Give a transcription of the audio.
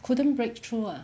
couldn't breakthrough lah